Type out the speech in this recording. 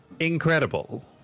Incredible